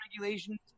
regulations